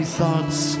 thoughts